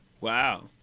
wow